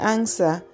Answer